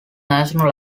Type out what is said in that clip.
national